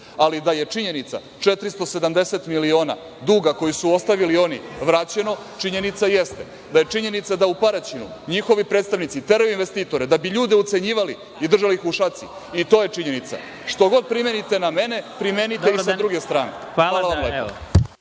Da je činjenica 470 miliona duga, koji su ostavili oni, vraćeno, činjenica jeste, da je činjenica da u Paraćinu njihovi predstavnici teraju investitore da bi ljude ucenjivali i držali ih u šaci, i to je činjenica. Što god primenite na mene, primenite i sa druge strane. Hvala vam lepo.